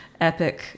epic